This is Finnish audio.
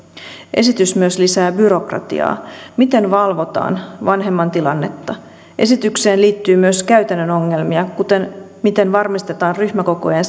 esitys myös lisää byrokratiaa miten valvotaan vanhemman tilannetta esitykseen liittyy myös käytännön ongelmia kuten miten varmistetaan ryhmäkokojen